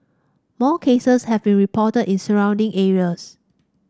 more cases have been reported in surrounding areas